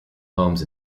homes